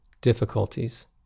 difficulties